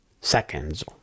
seconds